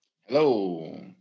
Hello